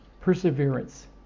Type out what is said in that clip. perseverance